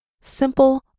Simple